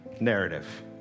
narrative